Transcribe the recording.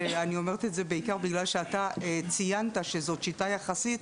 אני אומרת את זה בעיקר בגלל שאתה ציינת שזאת שיטה יחסית,